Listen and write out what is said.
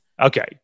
Okay